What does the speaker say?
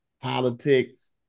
politics